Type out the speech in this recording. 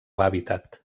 hàbitat